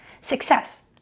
success